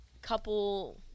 couple